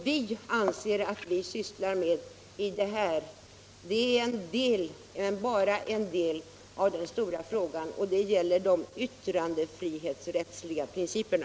Vi anser att vi I detta sammanhang svsslar med en del - men bara en del - av den stora frågan om de viurandefrihetsrättsliga principerna.